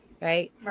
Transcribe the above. Right